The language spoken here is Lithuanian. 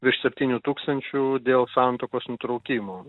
virš septynių tūkstančių dėl santuokos nutraukimo